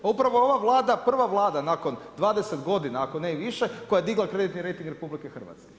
Pa upravo ova Vlada, prva Vlada nakon 20 godina, ako ne i više, koja je digla kreditni rejting RH.